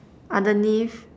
underneath